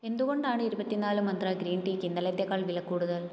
എന്തുകൊണ്ടാണ് ഇരുപത്തി നാല് മന്ത്ര ഗ്രീൻ ടീയ്ക്ക് ഇന്നലത്തേക്കാൾ വിലക്കൂടുതൽ